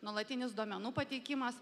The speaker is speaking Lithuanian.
nuolatinis duomenų pateikimas